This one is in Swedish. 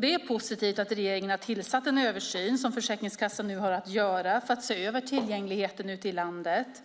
Det är positivt att regeringen har tillsatt en översyn som Försäkringskassan nu har att göra för att se över tillgängligheten ute i landet.